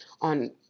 on